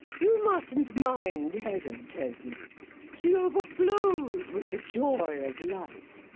you mustn't mind hedda, tesman she overflows with the joy of life.